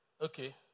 Okay